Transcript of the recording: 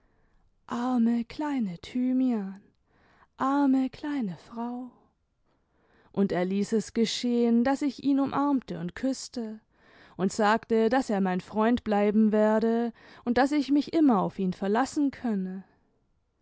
rme kleine thymian arme kleine frau und er ließ es geschehen daß ich ihn umarmte und küßte und sagte daß er mein freund bleiben werde und daß ich mich inmier auf ihn verlassen könne